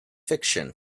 fiction